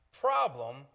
problem